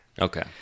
Okay